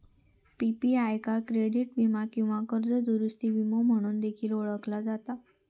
PPI का credit वीमा किंवा कर्ज दुरूस्ती विमो म्हणून देखील ओळखला जाता